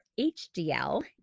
HDL